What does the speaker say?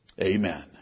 Amen